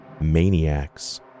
maniacs